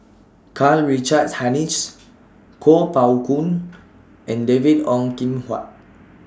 Karl Richard Hanitsch Kuo Pao Kun and David Ong Kim Huat